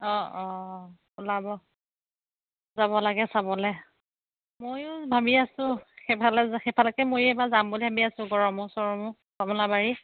অঁ অঁ ওলাব যাব লাগে চাবলে ময়ো ভাবি আছোঁ সেইফালে সেইফালেকে ময়ো এবাৰ যাম বুলি ভাবি আছোঁ গড়মূৰত চৰমূড় কমলাবাৰী